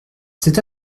cet